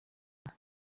umwe